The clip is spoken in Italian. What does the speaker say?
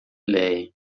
lei